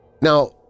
Now